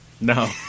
No